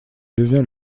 devient